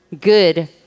good